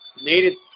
needed